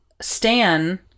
Stan